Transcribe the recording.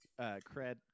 Cred